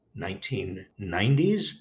1990s